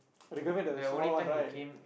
the girlfriend the small one right